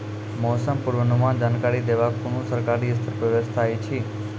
मौसम पूर्वानुमान जानकरी देवाक कुनू सरकारी स्तर पर व्यवस्था ऐछि?